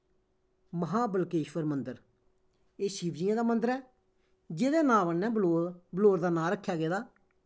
महा बलकेश्वर मन्दर एह् शिवजी दा मन्दर ऐ जेह्दे नांऽ कन्नै बलौर बलौर दा नांऽ रक्खेआ गेदा